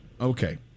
Okay